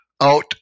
Out